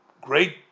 great